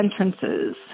entrances